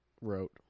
wrote